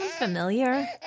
familiar